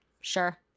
sure